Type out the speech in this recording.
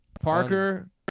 Parker